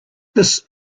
this